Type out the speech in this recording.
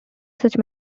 such